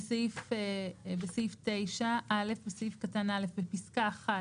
"(3)בסעיף 9, (א)בסעיף קטן (א) (1)בפסקה (1),